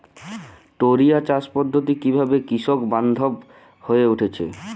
টোরিয়া চাষ পদ্ধতি কিভাবে কৃষকবান্ধব হয়ে উঠেছে?